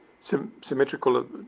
symmetrical